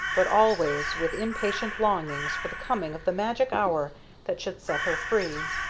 but always with impatient longings for the coming of the magic hour that should set her free.